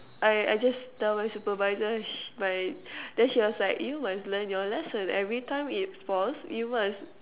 I I just tell my supervisor sh~ my then she was like you must learn your lesson every time it falls you must